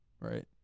Right